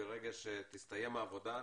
ברגע שתסתיים העבודה,